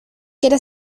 quiere